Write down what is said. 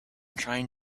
trying